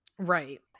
Right